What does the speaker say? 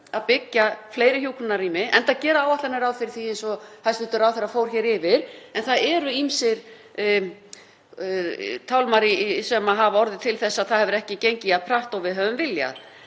að byggja fleiri hjúkrunarrými enda gera áætlanir ráð fyrir því, eins og hæstv. ráðherra fór hér yfir. En það eru ýmsir tálmar sem hafa orðið til þess að það hefur ekki gengið jafn hratt og við hefðum viljað.